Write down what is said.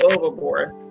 overboard